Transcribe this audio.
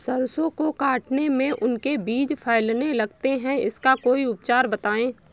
सरसो को काटने में उनके बीज फैलने लगते हैं इसका कोई उपचार बताएं?